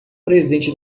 presidente